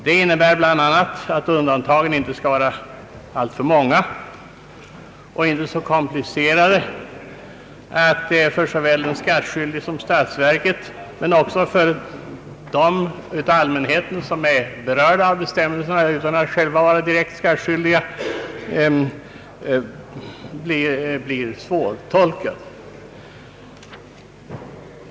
Det innebär bland annat att undantagen inte skall vara alltför många och inte så komplicerade, att lagstiftningen blir svårtolkad inte bara för den skattskyldige och för statsverket utan också för dem bland allmänheten som berörs av bestämmelserna utan att själva vara direkt skattskyldiga.